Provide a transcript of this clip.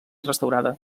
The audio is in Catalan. restaurada